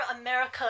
America